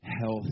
health